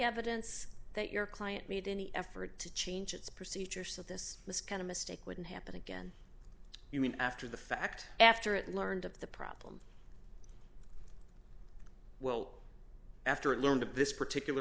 evidence that your client need any effort to change its procedures that this this kind of mistake wouldn't happen again you mean after the fact after it learned of the problem well after it learned of this particular